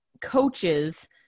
coaches